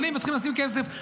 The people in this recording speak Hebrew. יכולים וצריכים לשים כסף.